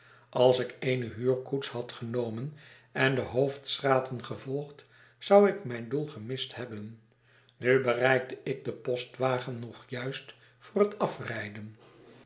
als ik eene huurkoets had genomen en de hoofdstraten gevolgd zou ik mijn doel gemist hebben nu bereikte ik den postwagen nog juist voor het afrijden